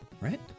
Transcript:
Right